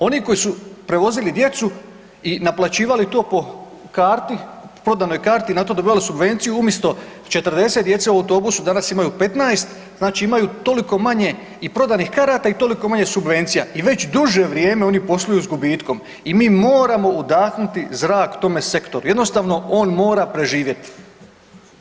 Oni koji su prevozili djecu i naplaćivali to po prodanoj karti i na to dobivali subvenciju umjesto 40 djece u autobusu danas imaju 15, znači imaju toliko manje i prodanih karata i toliko manje subvencija i već duže vrijeme oni posluju s gubitkom i mi moramo udahnuti zrak tome sektoru, jednostavno on mora preživjeti.